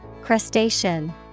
Crustacean